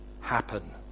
happen